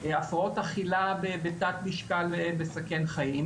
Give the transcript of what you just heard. הפרעות אכילה בתת-משקל מסכן חיים.